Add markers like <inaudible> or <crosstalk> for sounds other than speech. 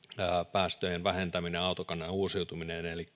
päästöjen vähentäminen ja autokannan uusiutuminen eli <unintelligible>